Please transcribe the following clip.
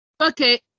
Okay